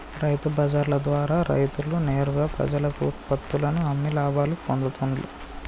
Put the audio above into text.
రైతు బజార్ల ద్వారా రైతులు నేరుగా ప్రజలకు ఉత్పత్తుల్లను అమ్మి లాభాలు పొందుతూండ్లు